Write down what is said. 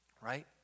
right